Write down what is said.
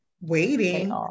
waiting